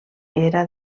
era